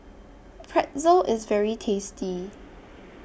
Pretzel IS very tasty